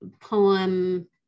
poem